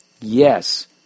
Yes